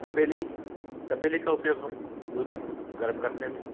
तपेली तपेली का उपयोग हम दूध गर्म करने में